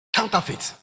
counterfeit